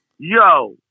Yo